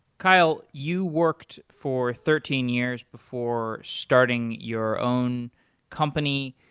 kyle, you worked for thirteen years before starting your own company.